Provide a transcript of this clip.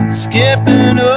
skipping